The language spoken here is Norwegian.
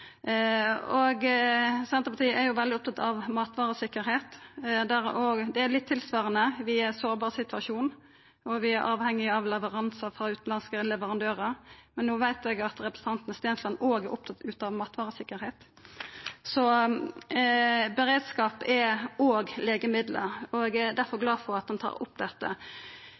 Senterpartiet er veldig opptatt av matvaresikkerheit – dette er tilsvarande: Vi er i ein sårbar situasjon, og vi er avhengige av leveransar frå utanlandske leverandørar. Men no veit eg at representanten Stensland òg er opptatt av matvaresikkerheit. Så beredskap gjeld òg legemiddel. Eg er derfor glad for at han tar opp dette.